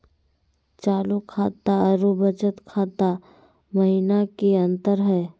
चालू खाता अरू बचत खाता महिना की अंतर हई?